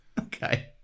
Okay